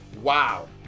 Wow